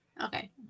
Okay